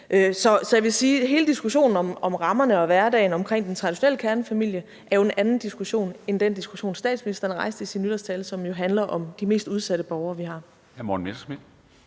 Så jeg vil sige, at hele diskussionen om rammerne og hverdagen omkring den traditionelle kernefamilie jo er en anden diskussion end den diskussion, statsministeren rejste i sin nytårstale, som jo handler om de mest udsatte borgere, vi har. Kl. 13:16 Formanden